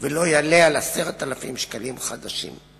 ולא יעלה על 10,000 שקלים חדשים".